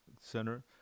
Center